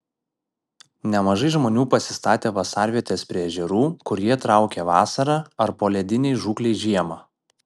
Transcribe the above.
nemažai žmonių pasistatė vasarvietes prie ežerų kur jie traukia vasarą ar poledinei žūklei žiemą